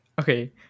okay